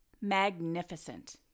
magnificent